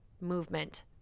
movement